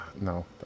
no